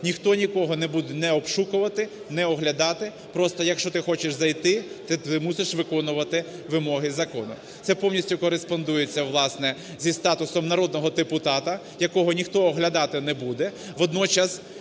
Ніхто нікого не буде не обшукувати, не оглядати. Просто, якщо ти хочеш зайти, ти мусиш виконувати вимоги закону. Це повністю кореспондується, власне, зі статусом народного депутата, якого ніхто оглядати не буде.